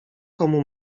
komu